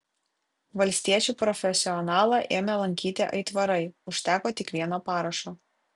valstiečių profesionalą ėmė lankyti aitvarai užteko tik vieno parašo